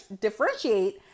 differentiate